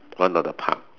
one of the pub